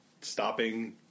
stopping